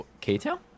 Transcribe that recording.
K-Town